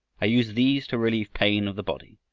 i use these to relieve pain of the body,